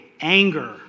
anger